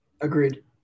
Agreed